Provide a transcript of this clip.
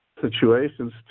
situations